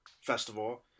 festival